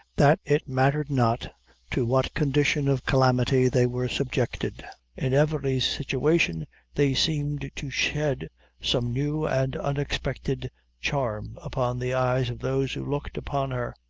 that it mattered not to what condition of calamity they were subjected in every situation they seemed to shed some new and unexpected charm upon the eyes of those who looked upon her.